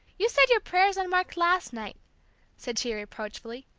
you said your prayers on mark last night said she, reproachfully,